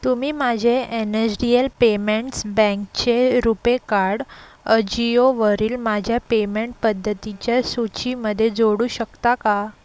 तुम्ही माझे N S D L payments बँकचे रुपे कार्ड अजिओवरील माझ्या पेमेंट पद्धतीच्या सूचीमध्ये जोडू शकता का